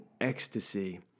ecstasy